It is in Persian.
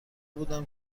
بودم